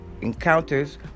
encounters